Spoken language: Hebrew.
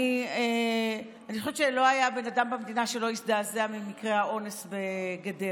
אני חושבת שלא היה בן אדם במדינה שלא הזדעזע ממקרה האונס בגדרה,